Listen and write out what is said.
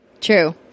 True